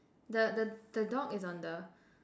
the the the dog is on the